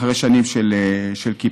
אחרי שנים של קיפאון.